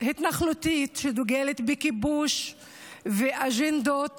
התנחלותית, שדוגלת בכיבוש ובאג'נדות